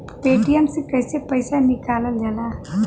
Paytm से कैसे पैसा निकलल जाला?